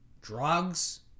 Drugs